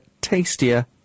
tastier